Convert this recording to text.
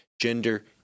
gender